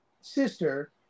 sister